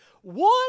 One